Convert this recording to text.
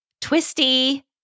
twisty